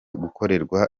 gukorerwa